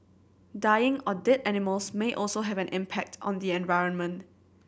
dying or dead animals may also have an impact on the environment